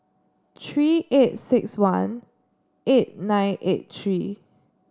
three eight six one eight nine eight three